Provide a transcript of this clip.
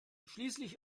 schließlich